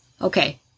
Okay